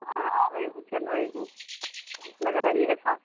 हाँ आ रही हूँ चल रही हूँ धूप लग रही है साथ